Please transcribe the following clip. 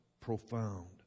profound